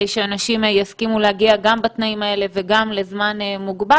שאנשים יסכימו להגיע גם בתנאים האלה וגם לזמן מוגבל,